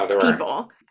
people